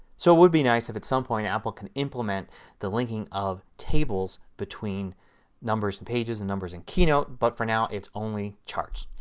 so it would be nice if at some point apple can implement the linking of tables between numbers and pages, and numbers and keynote. but for now it's only charts.